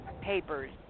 papers